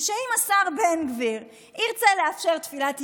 שאם השר בן גביר ירצה לאפשר תפילת יהודים,